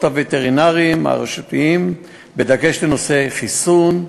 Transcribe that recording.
הווטרינרים הרשותיים בדגש על נושאי חיסון,